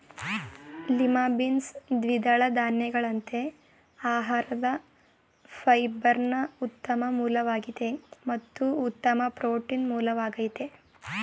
lima beans ದ್ವಿದಳ ಧಾನ್ಯಗಳಂತೆ ಆಹಾರದ ಫೈಬರ್ನ ಉತ್ತಮ ಮೂಲವಾಗಿದೆ ಮತ್ತು ಉತ್ತಮ ಪ್ರೋಟೀನ್ ಮೂಲವಾಗಯ್ತೆ